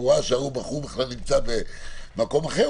הוא ראה שהבחור בכלל נמצא במקום אחר,